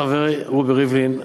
חברי רובי ריבלין,